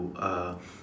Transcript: uh